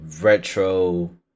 retro